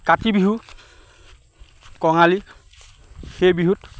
কাতি বিহু কঙালী সেই বিহুত